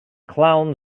clown